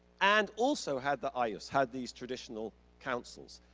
and also had the ayllus, had these traditional counsels.